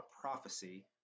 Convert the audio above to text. prophecy